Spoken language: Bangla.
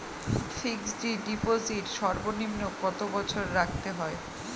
ফিক্সড ডিপোজিট সর্বনিম্ন কত বছর রাখতে হয়?